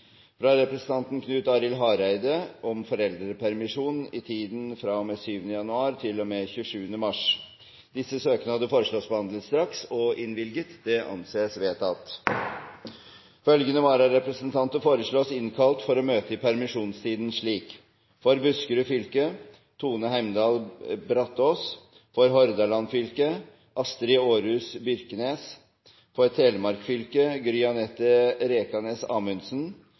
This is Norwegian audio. fra representanten Knut Arild Hareide om foreldrepermisjon i tiden fra og med 7. januar til og med 27. mars Etter forslag fra presidenten ble enstemmig besluttet: Søknadene behandles straks og innvilges. Følgende vararepresentanter innkalles for å møte i permisjonstiden slik: – For Buskerud fylke: Tone Heimdal Brataas 7.–9. januar – For Hordaland fylke: Astrid Aarhus Byrknes 7. januar–27. mars – For Telemark fylke: